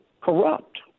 corrupt